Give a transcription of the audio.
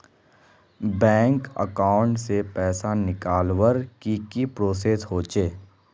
Bank account से पैसा निकालवर की की प्रोसेस होचे?